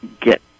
get